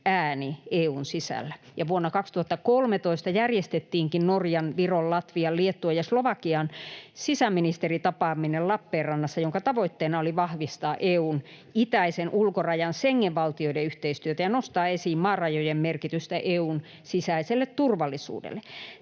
ääni EU:n sisällä. Vuonna 2013 järjestettiinkin Norjan, Viron, Latvian, Liettuan ja Slovakian sisäministeritapaaminen Lappeenrannassa, jonka tavoitteena oli vahvistaa EU:n itäisen ulkorajan Schengen-valtioiden yhteistyötä ja nostaa esiin maarajojen merkitystä EU:n sisäiselle turvallisuudelle.